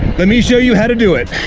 let me show you how to do it.